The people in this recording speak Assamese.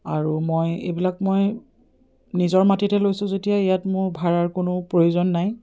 আৰু মই এইবিলাক মই নিজৰ মাটিতে লৈছোঁ যেতিয়া ইয়াত মোৰ ভাড়াৰ কোনো প্ৰয়োজন নাই